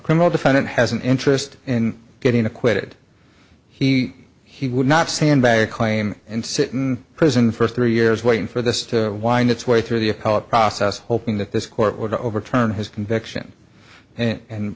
criminal defendant has an interest in getting acquitted he he would not stand by a claim and sit in prison for three years waiting for this to wind its way through the occult process hoping that this court would overturn his conviction